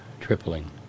Tripling